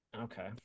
okay